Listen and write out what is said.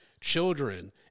children